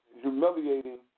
humiliating